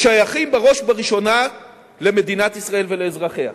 שייכים בראש ובראשונה למדינת ישראל ולאזרחיה.